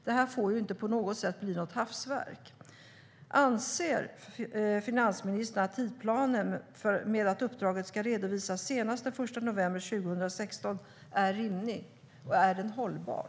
Detta får inte bli ett hafsverk. Anser finansministern att tidsplanen med att uppdraget ska redovisas senast den 1 november 2016 är rimlig och hållbar?